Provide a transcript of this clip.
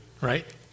right